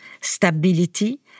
stability